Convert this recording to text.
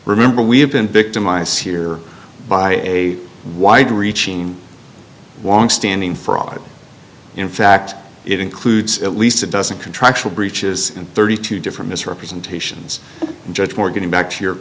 remember we have been victimized here by a wide reaching longstanding fraud in fact it includes at least a dozen contractual breaches in thirty two different misrepresentations and judge more getting back to your